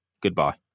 Goodbye